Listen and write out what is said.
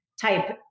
type